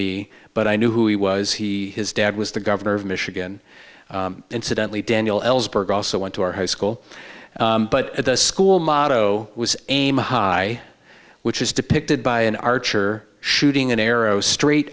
me but i knew who he was he his dad was the governor of michigan incidentally daniel ellsberg also went to our high school but at the school motto was aim high which is depicted by an archer shooting an arrow straight